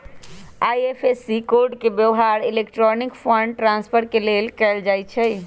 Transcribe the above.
IFSC code के व्यव्हार electronic fund transfer के लेल कएल जाइ छइ